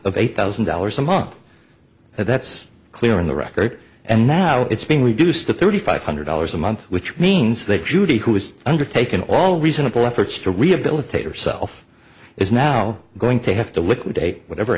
a thousand dollars a month that's clear in the record and now it's being reduced to thirty five hundred dollars a month which means that judy who has undertaken all reasonable efforts to rehabilitate herself is now going to have to liquidate whatever